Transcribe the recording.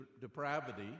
depravity